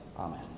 Amen